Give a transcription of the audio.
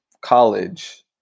college